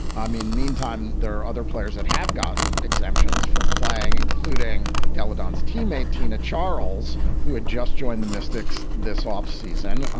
i mean, meantime, there are other players that have gotten exemptions from playing, including peladon teammate tina charles, who had just joined the mystics this offseason.